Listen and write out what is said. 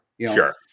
Sure